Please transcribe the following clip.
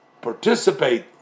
participate